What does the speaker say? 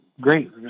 great